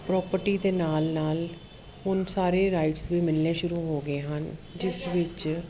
property ਦੇ ਨਾਲ ਨਾਲ ਹੁਣ ਸਾਰੇ ਰਾਈਟਸ ਵੀ ਮਿਲਣੇ ਸ਼ੁਰੂ ਹੋ ਗਏ ਹਨ ਜਿਸ ਵਿੱਚ